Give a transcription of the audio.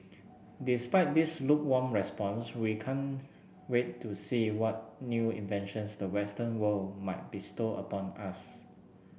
despite this lukewarm response we can't wait to see what new inventions the western world might bestow upon us